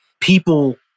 people